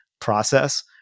process